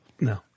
No